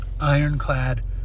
Ironclad